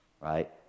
right